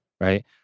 right